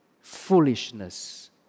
foolishness